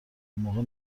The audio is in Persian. موقع